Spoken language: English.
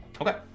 okay